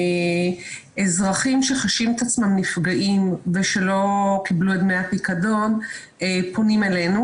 אזרחים שחשים את עצמם נפגעים ושלא קיבלו את דמי הפיקדון פונים אלינו